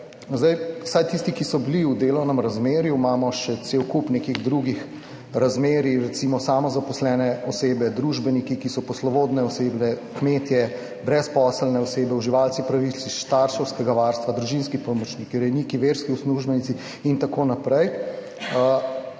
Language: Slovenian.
naprej. Vsaj tisti, ki so bili v delovnem razmerju, imamo še cel kup nekih drugih razmerij, recimo samozaposlene osebe, družbeniki, ki so poslovodne osebe, kmetje, brezposelne osebe, uživalci pravic iz starševskega varstva, družinski pomočnik, rejniki, verski uslužbenci, itn., tukaj